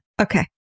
Okay